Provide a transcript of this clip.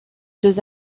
deux